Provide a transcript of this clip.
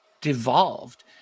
devolved